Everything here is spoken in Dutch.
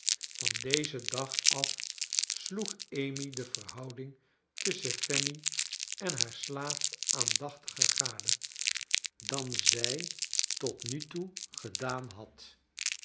van dozen dag af sloeg amy de verhouding tusschen fanny en haar slaaf aandachtiger gade dan zij tot nu toe gedaan had